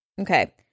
okay